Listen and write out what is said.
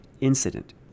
incident